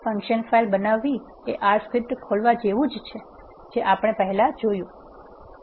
function file બનાવવી એ R script ખોલવા જેવું જ છે જે આપણે પહેલા જોયું છે